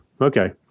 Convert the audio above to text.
okay